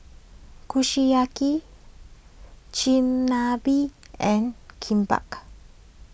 Kushiyaki Chigenabe and